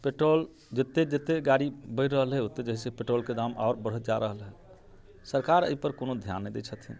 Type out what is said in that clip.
petrol जेतेक जेतेक गाड़ी बढ़ि रहल हए ओतेक ओतेक पेट्रोलके दाम आओर बढ़ल जा रहल हइ सरकार एहिपर कोनो ध्यान नहि दै छथिन